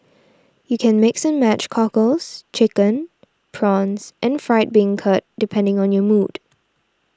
you can mix and match cockles chicken prawns and fried bean curd depending on your mood